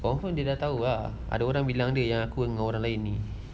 confirm dia dah tahu lah ada orang bilang dia yang aku dengan orang lah